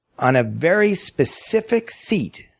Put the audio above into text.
on a very specific seat